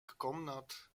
komnat